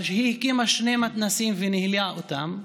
היא הקימה שני מתנ"סים וניהלה אותם.